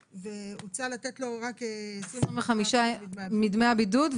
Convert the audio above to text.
הוצע לתת לו רק 25% מדמי הבידוד.